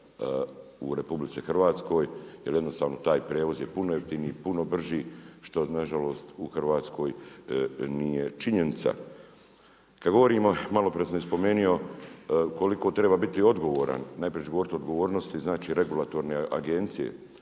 u RH jer jednostavno taj prijevoz je puno jeftiniji, puno brži što nažalost u Hrvatskoj nije činjenica. Kada govorimo, malo prije sam već spomenuo koliko treba biti odgovoran, najprije ću govoriti o odgovornosti, znači regulatorne agencije